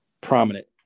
prominent